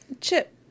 Chip